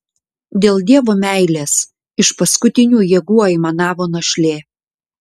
dėl dievo meilės iš paskutinių jėgų aimanavo našlė